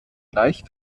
reich